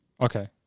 Okay